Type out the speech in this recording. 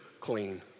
clean